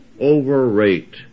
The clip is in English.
overrate